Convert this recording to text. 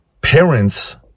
Parents